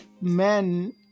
men